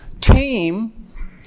team